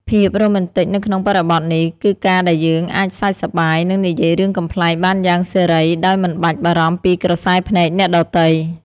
ភាពរ៉ូមែនទិកនៅក្នុងបរិបទនេះ គឺការដែលយើងអាចសើចសប្បាយ និងនិយាយរឿងកំប្លែងបានយ៉ាងសេរី ដោយមិនបាច់បារម្ភពីក្រសែភ្នែកអ្នកដទៃ។